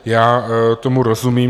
Já tomu rozumím.